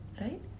right